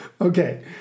Okay